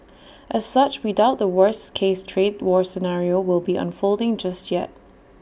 as such we doubt the worst case trade war scenario will be unfolding just yet